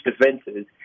defenses